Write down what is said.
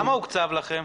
כמה הוקצב לכם?